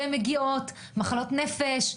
מחלות נפש,